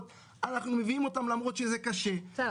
ואנחנו מביאים אותן למרות שזה קשה,